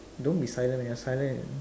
don't be silent leh when you're silent